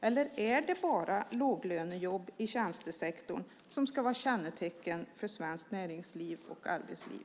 Eller är det bara låglönejobb i tjänstesektorn som ska vara kännetecken för svenskt näringsliv och arbetsliv?